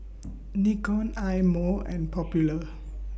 Nikon Eye Mo and Popular